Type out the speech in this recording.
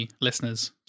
listeners